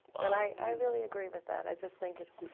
and i, i really agree with that, i just think it's.